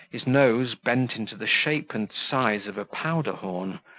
his nose bent into the shape and size of a powder-horn,